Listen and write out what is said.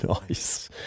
Nice